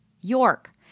York